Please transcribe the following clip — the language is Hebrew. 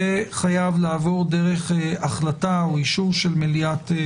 זה חייב לעבור דרך החלטה או אישור של מליאת הרשות.